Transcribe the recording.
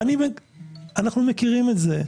אנחנו מכירים את זה.